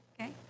okay